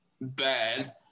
bad